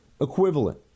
equivalent